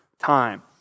time